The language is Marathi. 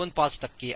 25 टक्के आहे